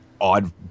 odd